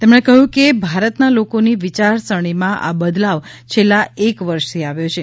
તેમણે કહ્યું કે ભારતના લોકોની વિચારસરણીમાં આ બદલાવ છેલ્લા એક વર્ષથી આવ્યો છે